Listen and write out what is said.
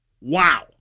Wow